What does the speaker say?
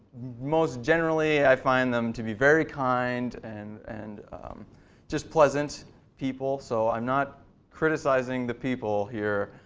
most generally i find them to be very kind, and and just pleasant people. so i'm not criticizing the people here,